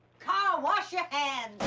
carl! wash your hands.